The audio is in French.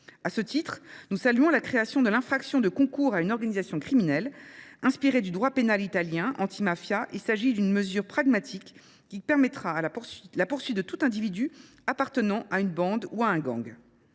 A ce titre, nous saluons la création de l'infraction de concours à une organisation criminelle inspirée du droit pénal italien anti-mafia. Il s'agit d'une mesure pragmatique qui permettra la poursuite de tout individu appartenant à une bande ou à un gang.